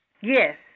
Yes